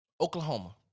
oklahoma